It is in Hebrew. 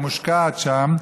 היא מושקעת שם,